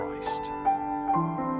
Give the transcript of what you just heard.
Christ